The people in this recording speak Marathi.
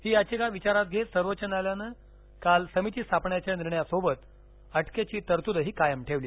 ही याचिका विचारात घेत सर्वोच्च न्यायालयानं काल समिती स्थापण्याच्या निर्णयसोबत अटकेची तरतूदही कायम ठेवली